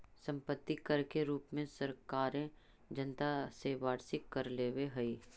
सम्पत्ति कर के रूप में सरकारें जनता से वार्षिक कर लेवेऽ हई